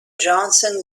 johnson